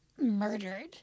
murdered